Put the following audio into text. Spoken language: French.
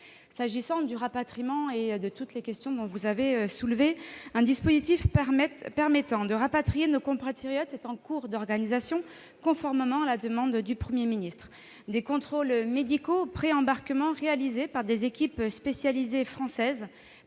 S'agissant du rapatriement et de toutes les questions que vous avez soulevées, un dispositif permettant de rapatrier nos compatriotes est en cours d'organisation, conformément à la demande du Premier ministre. Des contrôles médicaux de préembarquement, réalisés par des équipes spécialisées françaises,